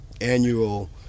annual